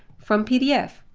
from pdf.